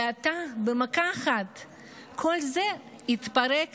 עתה כל זה התפרק